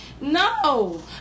No